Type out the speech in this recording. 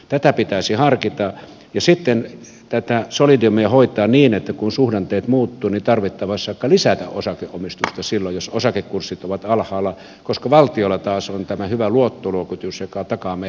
tätä pitäisi harkita ja sitten tätä solidiumia hoitaa niin että kun suhdanteet muuttuvat niin tarvittaessa voisi vaikka lisätä osakeomistusta silloin kun osakekurssit ovat alhaalla koska valtiolla taas on tämä hyvä luottoluokitus joka takaa meille halpaa lainarahaa